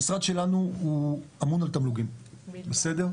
המשרד שלנו אמון על תמלוגים בלבד.